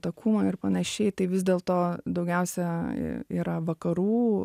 takumo ir panašiai tai vis dėlto daugiausia yra vakarų